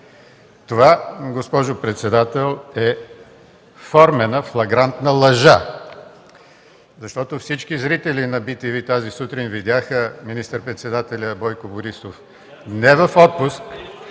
Това, госпожо председател, е формена флагрантна лъжа, защото всички зрители на БТВ тази сутрин видяха министър-председателя Бойко Борисов не в отпуск,